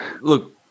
look